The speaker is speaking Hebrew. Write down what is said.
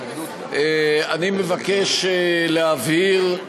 אני מבקש להבהיר,